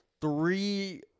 three